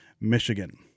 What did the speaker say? Michigan